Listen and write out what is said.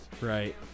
Right